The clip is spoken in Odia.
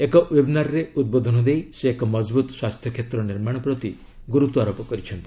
ଏକ ୱେବନାରରେ ଉଦ୍ବୋଧନ ଦେଇ ସେ ଏକ ମଜବୁତ ସ୍ୱାସ୍ଥ୍ୟକ୍ଷେତ୍ର ନିର୍ମାଣ ପ୍ରତି ଗୁରୁତ୍ୱାରୋପ କରିଛନ୍ତି